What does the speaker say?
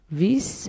vis